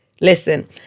Listen